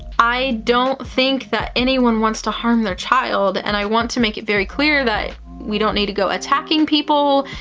i don't think that anyone wants to harm their child and i want to make it very clear that we don't need to go attacking people.